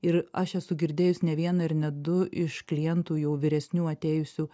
ir aš esu girdėjus ne vieną ir ne du iš klientų jau vyresnių atėjusių